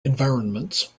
environments